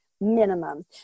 minimum